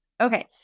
Okay